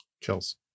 Chills